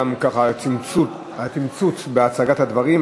גם על התמצות בהצגת הדברים.